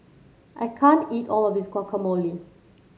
I can't eat all of this Guacamole